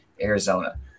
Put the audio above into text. Arizona